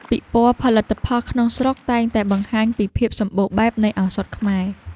ពិព័រណ៍ផលិតផលក្នុងស្រុកតែងតែបង្ហាញពីភាពសម្បូរបែបនៃឱសថខ្មែរ។